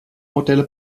modelle